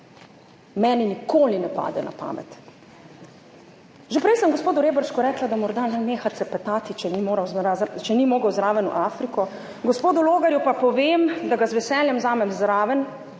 meni nikoli ne pade na pamet. Že prej sem gospodu Reberšku rekla, da naj neha cepetati, če ni mogel zraven v Afriko, gospodu Logarju pa povem, da ga z veseljem vzamem zraven,